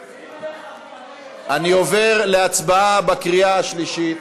אני עובר להצבעה בקריאה השלישית.